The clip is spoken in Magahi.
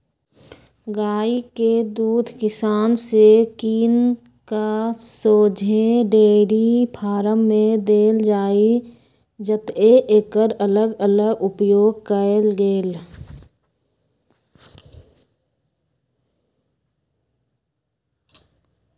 गाइ के दूध किसान से किन कऽ शोझे डेयरी फारम में देल जाइ जतए एकर अलग अलग उपयोग कएल गेल